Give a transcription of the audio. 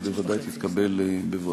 היא בוודאי תתקבל בברכה.